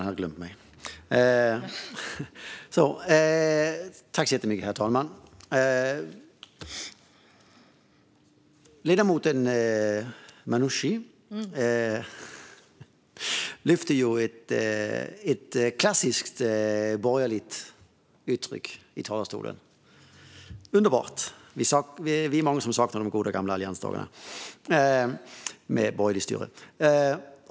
Herr talman! Ledamoten Manouchi använde ett klassiskt borgerligt uttryck i talarstolen. Det var underbart; vi är många som saknar de goda gamla alliansdagarna med borgerligt styre!